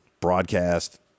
broadcast